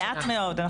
מעט מאוד.